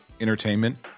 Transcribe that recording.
entertainment